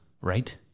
right